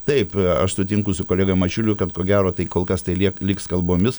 taip aš sutinku su kolega mačiuliu kad ko gero tai kol kas tai liek liks kalbomis